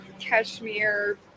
cashmere